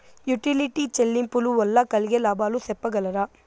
Utility చెల్లింపులు వల్ల కలిగే లాభాలు సెప్పగలరా?